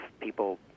people